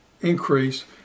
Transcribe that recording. increase